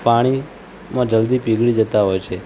પાણીમાં જલ્દી પીગળી જતા હોય છે